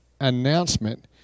announcement